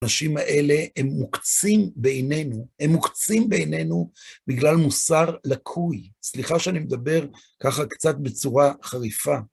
אנשים האלה הם מוקצים בעינינו, הם מוקצים בעינינו בגלל מוסר לקוי. סליחה שאני מדבר ככה קצת בצורה חריפה.